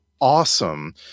awesome